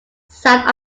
south